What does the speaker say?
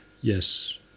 yes